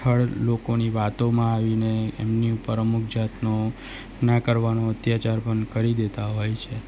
third લોકોની વાતોમાં આવીને એમની ઉપર અમુક જાતનો ન કરવાનો અત્યાચાર કરી દેતા હોય છે